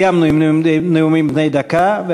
סיימנו נאומים בני דקה,